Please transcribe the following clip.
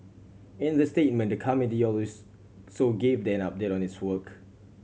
in the statement the committee so gave an update on its work